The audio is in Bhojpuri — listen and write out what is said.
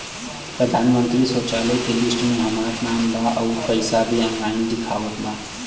प्रधानमंत्री शौचालय के लिस्ट में हमार नाम बा अउर पैसा भी ऑनलाइन दिखावत बा